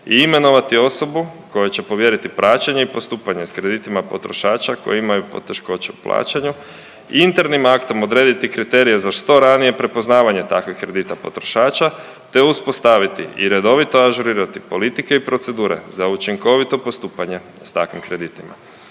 i imenovati osobu kojoj će povjeriti praćenje i postupanje sa kreditima potrošača koji imaju poteškoće u plaćanju i internim aktom odrediti kriterije za što ranije prepoznavanje takvih kredita potrošača te uspostaviti i redovito ažurirati politike i procedure za učinkovito postupanje s takvim kreditima.